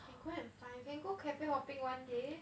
can go and find can go cafe hopping one day